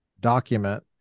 document